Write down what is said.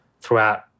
throughout